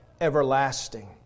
everlasting